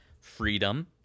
freedom